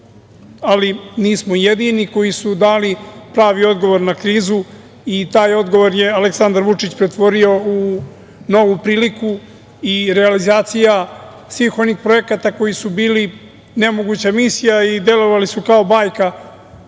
ali nismo jedini, koji su dali pravi odgovor na krizu i taj odgovor je Aleksandar Vučić pretvorio u novu priliku i realizacija svih onih projekata koji su bili nemoguća misija i delovali su kao bajka,